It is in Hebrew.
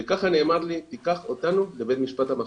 ככה נאמר לי "תיקח אותנו לבית המשפט המחוזי",